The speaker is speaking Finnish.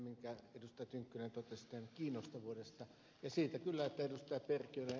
tynkkynen totesi tämän kiinnostavuudesta ja siitä kyllä ed